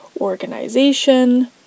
organization